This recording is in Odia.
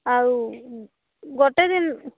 ଆଉ ଗୋଟେ ଦିନ